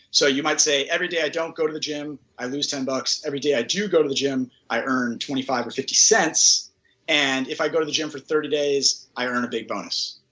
so you might say every day i don't go to the gym i lose ten bucks, every day i do go to the gym i earn twenty five or fifty cents and if i go to the gym for thirty days i earn a big bonus.